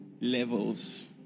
Levels